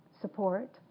support